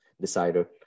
decider